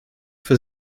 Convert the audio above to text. für